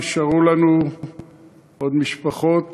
נשארו לנו עוד משפחות